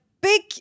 big